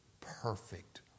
perfect